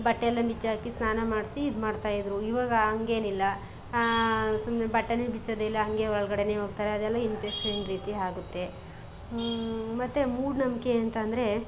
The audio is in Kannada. ಬಟ್ಟೆ ಎಲ್ಲ ಬಿಚ್ಚಾಕಿ ಸ್ನಾನ ಮಾಡಿಸಿ ಇದು ಮಾಡ್ತಾಯಿದ್ರು ಈವಾಗ ಹಂಗೇನಿಲ್ಲ ಸುಮ್ಮನೆ ಬಟ್ಟೆಯೇ ಬಿಚ್ಚೋದಿಲ್ಲ ಹಾಗೆ ಒಳಗಡೆಯೇ ಹೋಗ್ತಾರೆ ಅದೆಲ್ಲ ಇನ್ಫೆಕ್ಷನ್ ರೀತಿ ಆಗುತ್ತೆ ಮತ್ತು ಮೂಢನಂಬ್ಕೆ ಅಂತ ಅಂದ್ರೆ